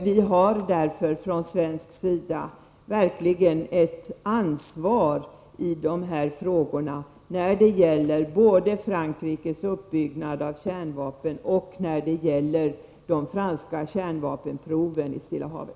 Vi har därför från svensk sida verkligen ett ansvar i de här frågorna både när det gäller den franska uppbyggnaden av kärnvapen och när det gäller de franska kärnvapenproven i Stilla havet.